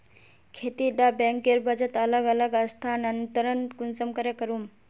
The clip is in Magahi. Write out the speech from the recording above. खेती डा बैंकेर बचत अलग अलग स्थानंतरण कुंसम करे करूम?